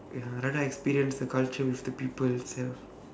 ya I would rather experience the culture with the people themselves